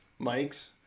mics